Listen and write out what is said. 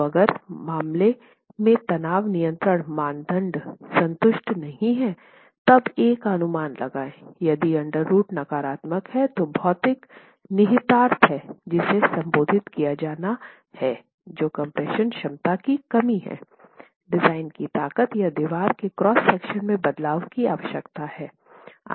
तो अगर मामले में तनाव नियंत्रित मानदंड संतुष्ट नहीं है तब a का अनुमान लगाए यदि अंडर रूट नकारात्मक है तो भौतिक निहितार्थ हैं जिसे संबोधित किया जाना है जो कम्प्रेशन क्षमता की कमी है डिजाइन की ताकत या दीवार के क्रॉस सेक्शन में बदलाव की आवश्यकता है